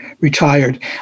retired